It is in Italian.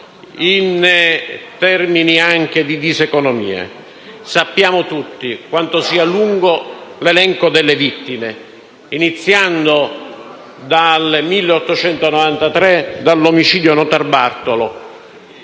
in termini di diseconomia. Sappiamo tutti quanto sia lungo l'elenco delle vittime, iniziando dal 1893 (omicidio Notarbartolo)